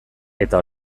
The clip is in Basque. eta